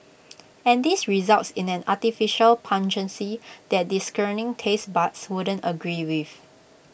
and this results in an artificial pungency that discerning taste buds wouldn't agree with